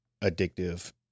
addictive